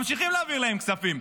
ממשיכים להעביר להם כספים.